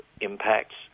impacts